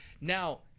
now